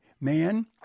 Man